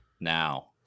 now